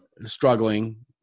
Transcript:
struggling